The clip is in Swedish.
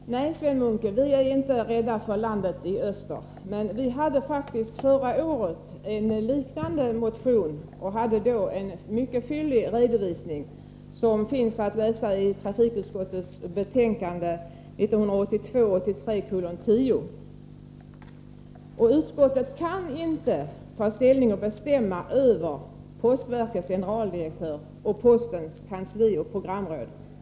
Herr talman! Nej, Sven Munke, vi är inte rädda för landet i öster. Men vi hade faktiskt förra året en liknande motion och gjorde då en mycket fyllig redovisning som finns att läsa i trafikutskottets betänkande 1982/83:10. Utskottet kan inte bestämma över postverkets generaldirektör och postens kansli och frimärksråd.